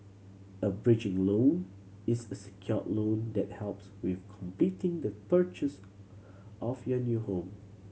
a bridging loan is a secured loan that helps with completing the purchase of your new home